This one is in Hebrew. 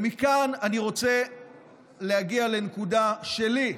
ומכאן אני רוצה להגיע לנקודה שלי,